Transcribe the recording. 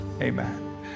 Amen